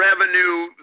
revenue